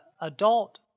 adult